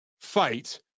fight